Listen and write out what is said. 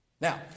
Now